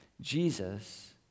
Jesus